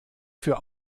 für